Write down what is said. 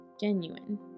genuine